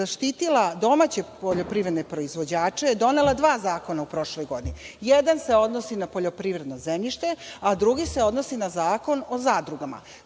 zaštitila domaće poljoprivredne proizvođače je donela dva zakona u prošloj godini. Jedan se odnosi na poljoprivredno zemljište, a drugi se odnosi na Zakon o zadrugama.